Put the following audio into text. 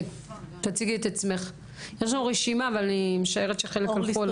יש לנו רשימה, אבל אני משערת שחלק הלכו.